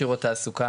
שיעור התעסוקה